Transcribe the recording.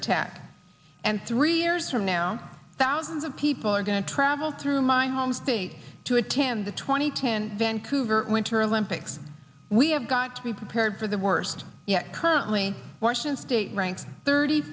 attack and three years from now thousands of people are going to travel through my home state to attend the twenty ten vancouver winter olympics we have got to be prepared for the worst yet come only washington state ranks thirty